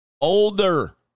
older